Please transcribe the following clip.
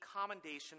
commendation